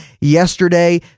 yesterday